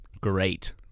Great